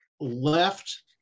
left